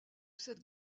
cette